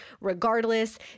regardless